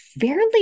fairly